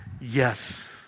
Yes